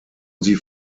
sie